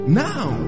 now